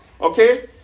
Okay